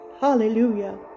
hallelujah